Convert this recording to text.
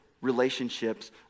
relationships